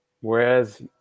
Whereas